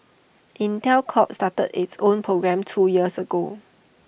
Intel Corp started its own program two years ago